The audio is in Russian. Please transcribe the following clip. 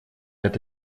это